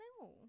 No